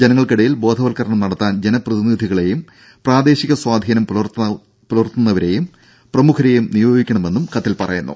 ജനങ്ങൾക്കിടയിൽ ബോധവത്കരണം നടത്താൻ ജനപ്രതിനിധികളെയും പ്രാദേശിക സ്വാധീനം പുലർത്താവുന്നവരെയും പ്രമുഖരെയും നിയോഗിക്കണമെന്നും കത്തിൽ പറയുന്നു